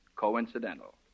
Coincidental